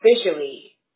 officially